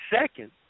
second